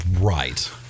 Right